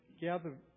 gather